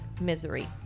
Misery